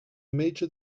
major